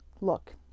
Look